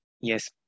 Yes